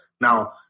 Now